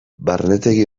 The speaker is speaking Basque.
barnetegi